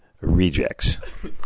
rejects